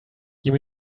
you